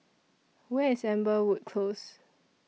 Where IS Amberwood Close